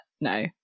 no